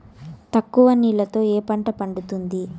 తక్కువ నీళ్లతో ఏ పంట పండుతుంది?